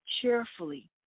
cheerfully